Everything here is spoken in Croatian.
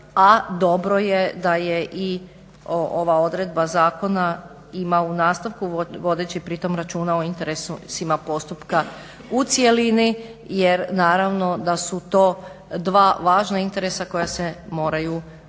dobro je da i ova odredba zakona ima u nastavku, vodeći pritom računa o interesima postupka u cjelini jer naravno da su to dva važna interesa koja se moraju